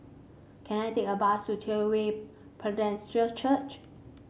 can I take a bus to True Way Presbyterian Church